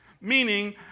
meaning